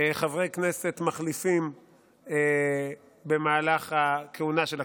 חברי כנסת מחליפים במהלך הכהונה של הכנסת,